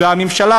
הממשלה,